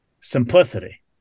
Simplicity